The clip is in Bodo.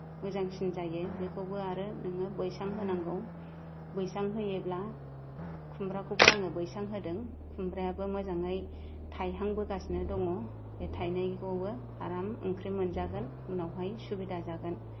मोजांसिन जायो बेखौबो आरो नोङो बैसां होनांगौ बैसां होयोब्ला खुमब्राखौबो आङो बैसां होदों खुमब्रायाबो मोजाङै थाइहांबोगासिनो दङ बे थाइनायखौबो आराम ओंख्रि मोनजागोन उनावहाय सुबिदा जागोन